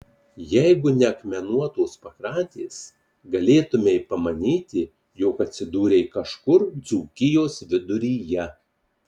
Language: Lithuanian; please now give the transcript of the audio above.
jeigu ne akmenuotos pakrantės galėtumei pamanyti jog atsidūrei kažkur dzūkijos viduryje